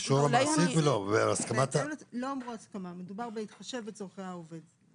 לא אמרו הסכמה, אלא בהתחשב בצורכי העובד.